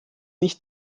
nicht